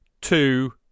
two